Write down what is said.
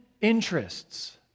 interests